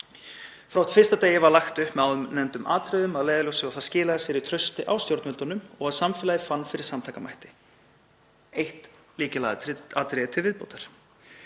Frá fyrsta degi var lagt upp með áðurnefnd atriði að leiðarljósi. Það skilaði sér í trausti á stjórnvöldum og því að samfélagið fann fyrir samtakamætti — eitt lykilatriðið til viðbótar,